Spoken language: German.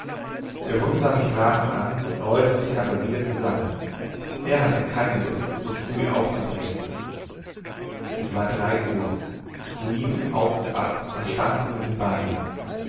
der hund sah mich fragend an rollte sich aber wieder zusammen er hatte keine lust so früh aufzubrechen es war drei uhr ich lief auf und ab und stampfte mit den beinen